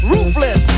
Ruthless